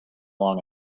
long